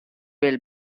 will